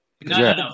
No